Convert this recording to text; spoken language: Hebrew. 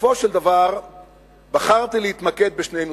בסופו של דבר בחרתי להתמקד בשני נושאים: